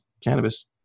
cannabis